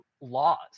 laws